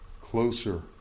closer